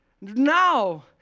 Now